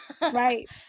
Right